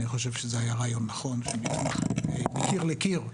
חושב שזה היה רעיון נכון שנתמך מקיר לקיר,